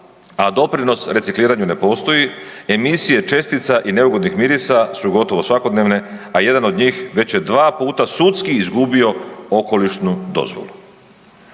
a doprinos recikliranju ne postoji, emisije čestica i neugodnih mirisa su gotovo svakodnevne, a jedan od njih već je dva puta sudski izgubio okolišnu dozvolu.